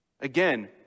Again